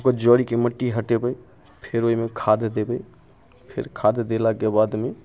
ओकर जड़िके मट्टी हटेबै फेर ओइमे खाद देबै फेर खाद देलाके बादमे